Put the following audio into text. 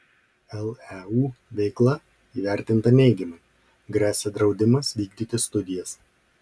leu veikla įvertinta neigiamai gresia draudimas vykdyti studijas